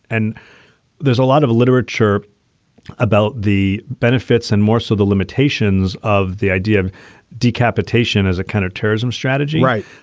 and there's a lot of literature about the benefits and more so the limitations of the idea of decapitation as a counterterrorism strategy. right.